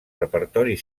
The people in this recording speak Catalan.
repertori